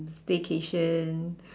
stay cation